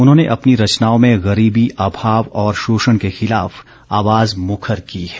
उन्होंने अपनी रचनाओं में गरीबी अभाव और शोषण के खिलाफ आवाज मुखर की है